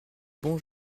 bon